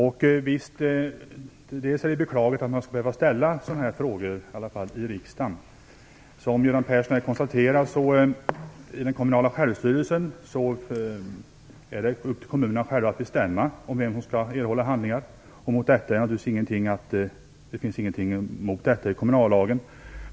Visst är det beklagligt att man skall behöva ställa sådana här frågor, i alla fall i riksdagen. Som Göran Persson här konstaterar är det enligt den kommunala självstyrelseprincipen upp till kommunerna själva att bestämma vem som skall erhålla handlingar. Mot detta finns naturligtvis ingenting i kommunallagen.